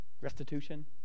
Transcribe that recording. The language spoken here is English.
restitution